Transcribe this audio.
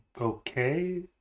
okay